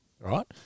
right